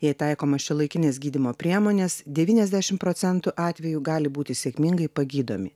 jei taikomos šiuolaikinės gydymo priemonės devyniasdešim procentų atvejų gali būti sėkmingai pagydomi